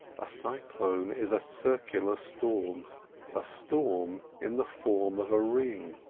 a cyclone is a circular storm a storm in the form of a ring.